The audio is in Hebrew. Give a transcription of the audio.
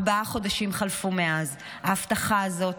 ארבעה חודשים חלפו מאז ההבטחה הזאת,